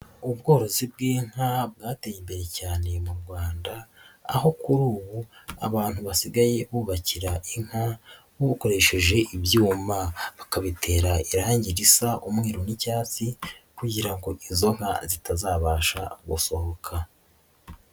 Ubworozi bw'inka bwateye imbere cyane mu Rwanda aho kuri ubu abantu basigaye bubakira inka nk'ukoresheje ibyuma, bakabitera irange risa umweru n'icyatsi kugira ngo izo nka zitazabasha gusohoka.